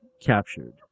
captured